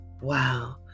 wow